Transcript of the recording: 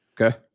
Okay